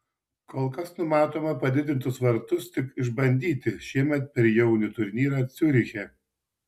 kol kas numatoma padidintus vartus tik išbandyti šiemet per jaunių turnyrą ciuriche